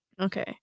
Okay